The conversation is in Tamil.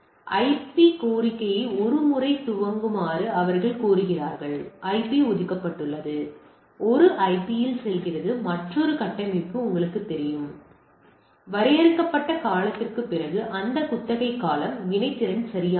எனவே ஐபிக்கான கோரிக்கையை ஒரு முறை துவக்குமாறு அவர்கள் கோருகிறார்கள்ஐபி ஒதுக்கப்பட்டுள்ளது அது ஐபியில் செல்கிறது மற்றொரு கட்டமைப்பு உங்களுக்குத் தெரியும் வரையறுக்கப்பட்ட காலத்திற்குப் பிறகு அந்த குத்தகை காலம் வினைத்திறன் சரியானது